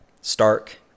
stark